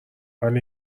ولی